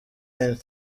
and